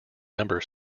number